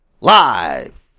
Live